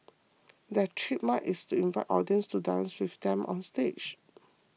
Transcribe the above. their trademark is to invite audience to dance with them onstage